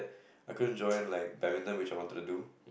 I couldn't join like Badminton which I wanted to do